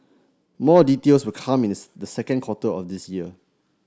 more details will come the second quarter of this year